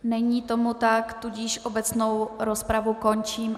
Není tomu tak, tudíž obecnou rozpravu končím.